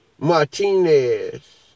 Martinez